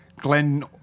Glen